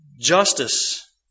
justice